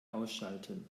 ausschalten